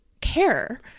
care